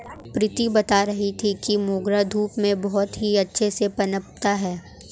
प्रीति बता रही थी कि मोगरा धूप में बहुत ही अच्छे से पनपता है